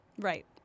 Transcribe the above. Right